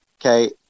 okay